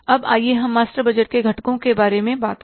अब आइए हम मास्टर बजट के घटकों के बारे में बात करें